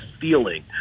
feeling